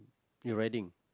your riding